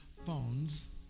phones